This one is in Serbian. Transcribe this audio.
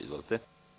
Izvolite.